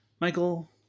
Michael